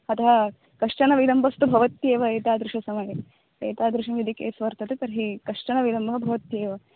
अतः कश्चन विलम्बस्तु भवत्येव एतादृशसमये एतादृशम् यदि केस् वर्तते तर्हि कश्चन विलम्बेन भवत्येव